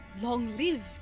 long-lived